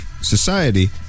society